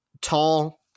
Tall